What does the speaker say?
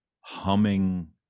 humming